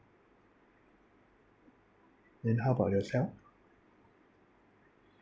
then how about yourself